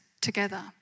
together